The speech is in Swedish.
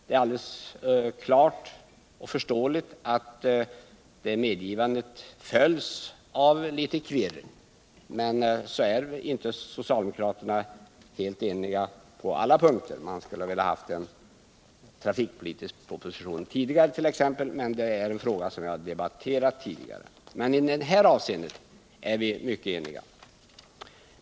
Det är dock förståeligt att detta medgivande följs av litet kvirr — socialdemokraterna instämmer ju inte helt på alla punkter. De hade t.ex. velat ha en trafikpolitisk proposition tidigare, men det är en fråga som vi har debatterat förut. I det nu aktuella avseendet är vi dock mycket eniga.